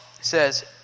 says